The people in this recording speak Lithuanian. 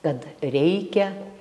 kad reikia